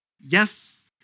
yes